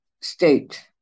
state